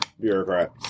bureaucrat